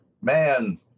man